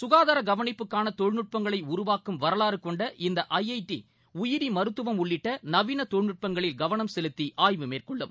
சுகாதார கவனிப்புக்கான தொழில்நுட்பங்களை உருவாக்கும் வரலாறு கொண்ட இந்த ஐ ஐ ஐ உயிரி மருத்துவம் உள்ளிட்ட நவீன தொழில்நுட்பங்களில் கவனம் செலுத்தி ஆய்வு மேற்கொள்ளும்